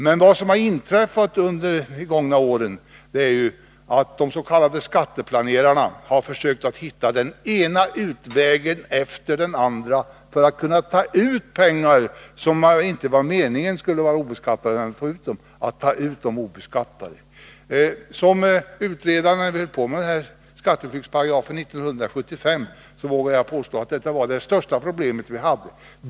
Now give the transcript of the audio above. Men vad som har inträffat under de gångna åren är att de s.k. skatteplanerarna har försökt hitta den ena utvägen efter den andra för att kunna ta ut pengar obeskattade, pengar som det inte var meningen skulle vara obeskattade när de togs ut. När vi i utredningen 1975 höll på med denna skatteflyktsparagraf var detta — det vågar jag påstå — det största problem vi hade.